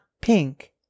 pink